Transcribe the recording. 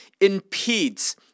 impedes